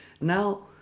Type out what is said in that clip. Now